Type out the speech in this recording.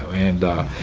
and